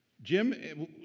Jim